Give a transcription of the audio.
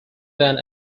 than